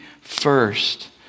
first